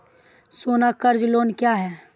सोना कर्ज लोन क्या हैं?